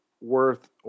worth